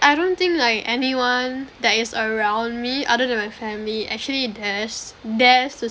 I don't think like anyone that is around me other than my family actually dares dares to